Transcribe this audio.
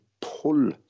pull